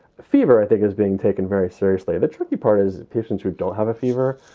fever, i think, is being taken very seriously. the tricky part is patients who don't have a fever,